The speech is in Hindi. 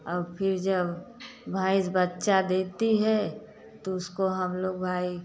और फिर जब भैंस बच्चा देती है ताे उसको हम लोग भाई